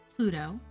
Pluto